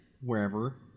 wherever